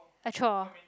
a chore